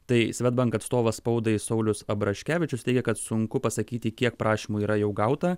tai swedbank atstovas spaudai saulius abraškevičius teigė kad sunku pasakyti kiek prašymų yra jau gauta